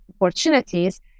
opportunities